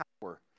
power